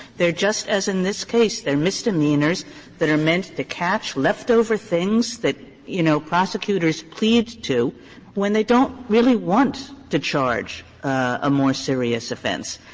they're just, as in this case, they're misdemeanors that are meant to catch leftover things that, you know, prosecutors plead to when they don't really want to charge a more serious offense.